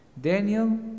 Daniel